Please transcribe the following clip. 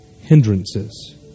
hindrances